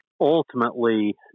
Ultimately